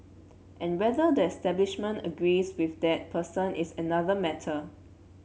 and whether the establishment agrees with that person is another matter